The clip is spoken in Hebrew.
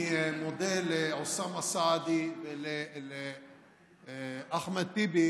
אני מודה לאוסאמה סעדי ולאחמד טיבי,